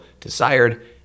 desired